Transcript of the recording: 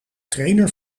trainer